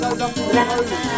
love